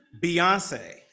Beyonce